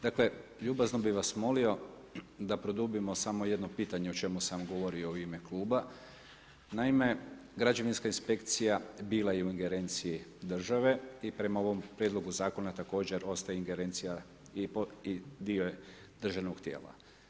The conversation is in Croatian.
Dakle, ljubazno bi vas molio da produbimo samo jedno pitanje o čemu sam govorio u ime Kluba, naime, građevinska inspekcija bila je u ingerenciji države i prema ovom Prijedlogu zakona također ostaje ingerencija i dio državnog tijela.